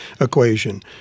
equation